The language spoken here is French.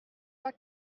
pas